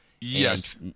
yes